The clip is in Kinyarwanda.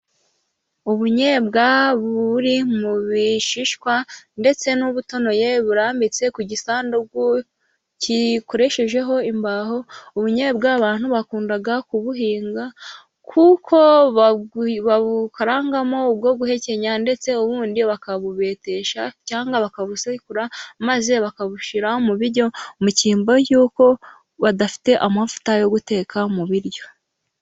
Ubunyobwa buri mu bishishwa, ndetse n'ubutonoye burambitse ku gisanduku gikoresheje imbaho. Ubunyobwa abantu bakunda kubuhinga, kuko babukarangamo ubwo guhekenya, ndetse ubundi bakabubetesha cyangwa bakabusekura, maze bakabushyira mu biryo, mu cyimbo cy'uko badafite amavuta yo guteka mu biryo.